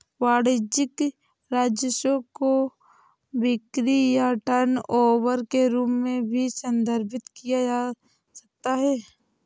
वाणिज्यिक राजस्व को बिक्री या टर्नओवर के रूप में भी संदर्भित किया जा सकता है